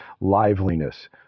liveliness